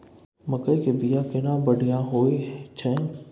मकई के बीया केना बढ़िया होय छै?